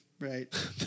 right